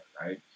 right